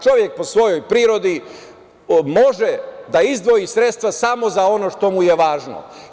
Čovek po svojoj prirodi može da izdvoji sredstva samo za ono što mu je važno.